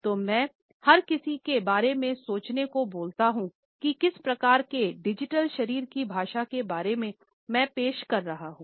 तो मैं हर किसी के बारे में सोचने को बोलता हूँ की किस प्रकार के डिजिटल शरीर की भाषा के बारे में मैं पेश कर रहा हूँ